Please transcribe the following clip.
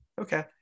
Okay